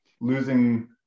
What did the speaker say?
Losing